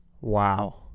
Wow